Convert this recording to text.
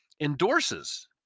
endorses